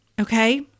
Okay